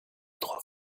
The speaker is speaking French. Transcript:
trop